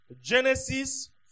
Genesis